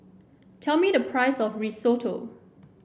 tell me the price of Risotto